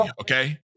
Okay